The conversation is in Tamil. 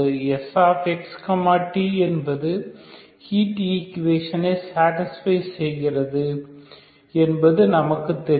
sx t என்பது ஹீட் ஈகுவேஷனை சேடிஸ்பை செயகிறது என்பது நமக்கு தெரியும்